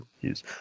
use